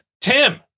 Tim